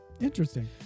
Interesting